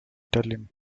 tallinn